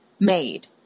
made